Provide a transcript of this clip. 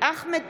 אחמד